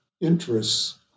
interests